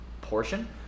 portion